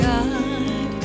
God